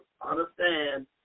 understand